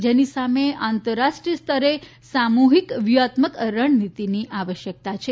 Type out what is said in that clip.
જેની સામે આંતરરાષ્ટ્રીય સ્તરે સામૂહિક વ્યૂહાત્મક રણનિતિની આવશ્યકતા છે